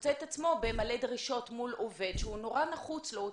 מוצא את עצמו מלא דרישות מול עובד שהוא נורא נחוץ לו,